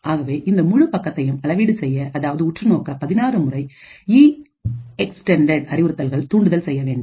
ஆகவே அந்த முழு பக்கத்தையும் அளவீடு செய்ய அதாவது உற்று நோக்க 16 முறை இ எக்ஸ்டெண்டெட் அறிவுறுத்தல்கள் தூண்டுதல் செய்ய வேண்டும்